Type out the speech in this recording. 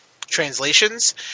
translations